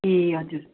ए हजुर